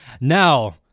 Now